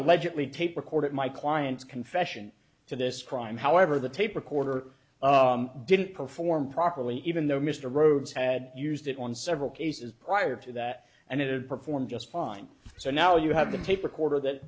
allegedly tape recorded my client's confession to this crime however the tape recorder didn't perform properly even though mr rhodes had used it on several cases prior to that and it performed just fine so now you have the tape recorder that